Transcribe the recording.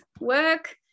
work